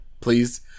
please